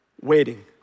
waiting